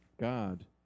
god